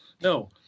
no